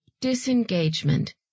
Disengagement